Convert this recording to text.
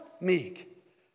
meek